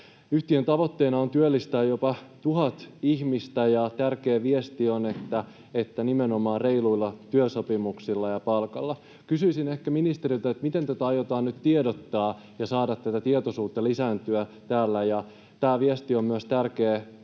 Yhtiön tavoitteena on työllistää jopa tuhat ihmistä, ja tärkeä viesti on, että nimenomaan reiluilla työsopimuksilla ja palkalla. Kysyisin ehkä ministeriltä, miten tästä aiotaan nyt tiedottaa ja saada tietoisuutta lisääntymään täällä. Ja tämä viesti on myös tärkeä